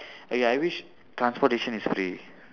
okay I wish transportation is free